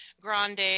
grande